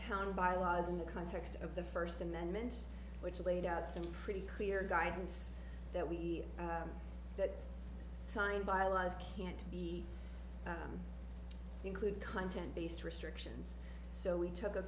town by law in the context of the first amendment which laid out some pretty clear guidance that we that signed by law is can't be included content based restrictions so we took a